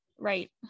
Right